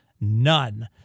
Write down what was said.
none